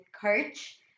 coach